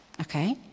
Okay